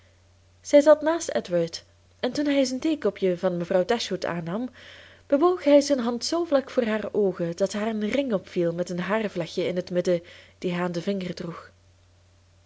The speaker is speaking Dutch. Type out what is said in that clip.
zij zat naast edward en toen hij zijn theekopje van mevrouw dashwood aannam bewoog hij zijn hand zoo vlak voor haar oogen dat haar een ring opviel met een haarvlechtje in het midden die hij aan den vinger droeg